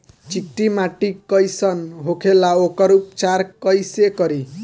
चिकटि माटी कई सन होखे ला वोकर उपचार कई से करी?